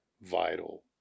vital